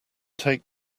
take